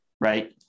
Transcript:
right